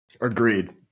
Agreed